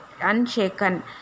unshaken